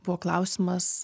buvo klausimas